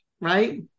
right